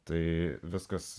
tai viskas